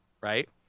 right